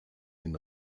den